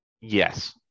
Yes